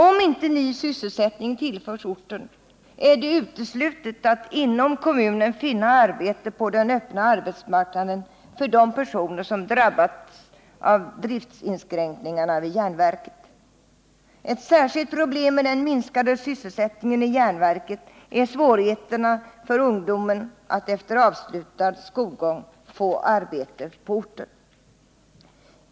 Om inte ny sysselsättning tillförs orten är det uteslutet att inom Torsdagen den kommunen finna arbete på den öppna arbetsmarknaden för de personer som 7 juni 1979 drabbats av driftinskränkningarna vid järnverket. Ett särskilt problem med den minskade sysselsättningen i järnverket är svårigheterna för ungdomen att efter avslutad skolgång få arbete på orten.